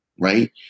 right